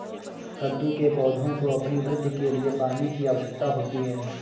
कद्दू के पौधों को अपनी वृद्धि के लिए पानी की आवश्यकता होती है